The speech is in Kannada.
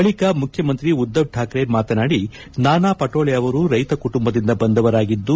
ಬಳಕ ಮುಖ್ಯಮಂತ್ರಿ ಉದ್ದವ್ ಠಾಕ್ರೆ ಮಾತನಾಡಿ ನಾನಾ ಪಟೋಳೆ ಅವರು ರೈತ ಕುಟುಂಬದಿಂದ ಬಂದವರಾಗಿದ್ದು